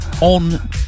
on